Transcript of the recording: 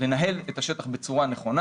לנהל את השטח בצורה נכונה.